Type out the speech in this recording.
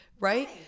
right